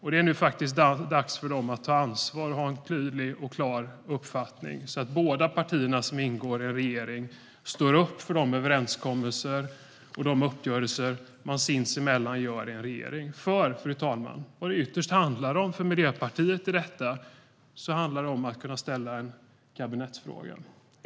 Det är faktiskt dags för dem att ta ansvar nu och ha en tydlig och klar uppfattning så att båda de partier som ingår i regeringen står upp för de överenskommelser och uppgörelser man gör sinsemellan i en regering. Fru talman! Vad det ytterst handlar om för Miljöpartiet i detta är att kunna ställa en kabinettsfråga.